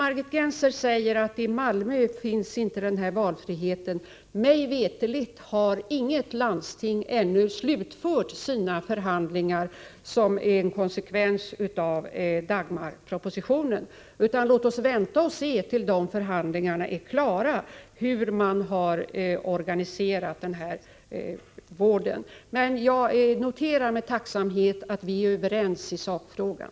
Margit Gennser säger att det inte finns någon valfrihet i Malmö, men mig veterligt har inget landsting ännu slutfört de förhandlingar som är en konsekvens av Dagmarpropositionen. Låt oss vänta tills förhandlingarna är klara. Då får vi se hur man organiserar den här vården. Jag noterar emellertid med tacksamhet att vi är överens i sakfrågan.